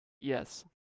Yes